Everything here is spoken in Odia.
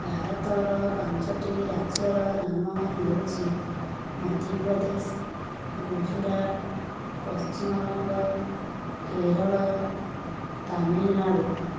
ଭାରତର ପାଞ୍ଚଟି ରାଜ୍ୟର ନାମ ହେଉଛି ମଧ୍ୟପ୍ରଦେଶ ଗୁଜୁରାଟ ପଶ୍ଚିମବଙ୍ଗ କେରଳ ତାମିଲନାଡ଼ୁ